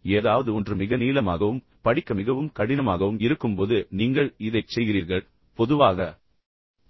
எனவே ஏதாவது ஒன்று மிக நீளமாகவும் படிக்க மிகவும் கடினமாகவும் இருக்கும்போது நீங்கள் இதைச் செய்கிறீர்கள் பொதுவாக